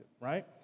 right